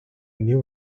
new